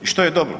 I što je dobro?